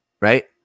right